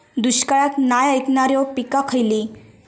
दुष्काळाक नाय ऐकणार्यो पीका खयली?